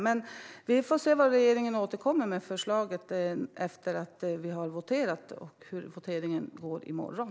Men vi får se vad regeringen återkommer med efter att vi har voterat, och vi får se hur voteringen går i morgon.